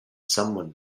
someone